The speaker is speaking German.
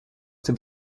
dem